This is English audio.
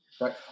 right